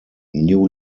new